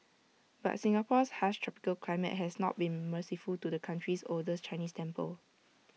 but Singapore's harsh tropical climate has not been merciful to the country's oldest Chinese temple